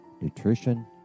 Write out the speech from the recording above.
nutrition